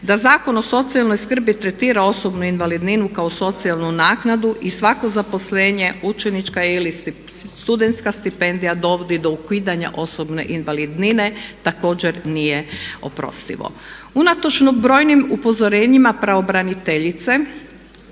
Da Zakon o socijalnoj skrbi tretira osobnu invalidninu kao socijalnu naknadu i svako zaposlenje učenička je ili studentska stipendija dovodi do ukidanja osobne invalidnine također nije oprostivo. Unatoč brojnim upozorenjima pravobraniteljice